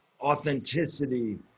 authenticity